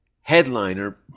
headliner